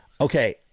Okay